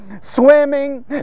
swimming